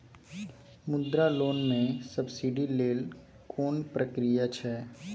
मुद्रा लोन म सब्सिडी लेल कोन प्रक्रिया छै?